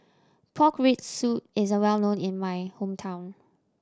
pork rib soup is well known in my hometown